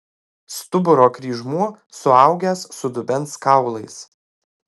stuburo kryžmuo suaugęs su dubens kaulais